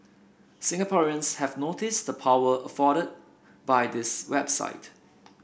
Singaporeans have noticed the power afforded by this website